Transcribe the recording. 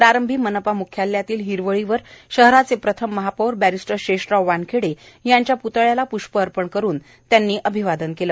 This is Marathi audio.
प्रांरभी मनपा म्ख्यालयातील हिरवळीवर शहराचे प्रथम महापौर बॅरिस्टर शेषराव वानखेडे यांच्या प्तळ्याला पृष्प अर्पण करून त्यांनी अभिवादन केले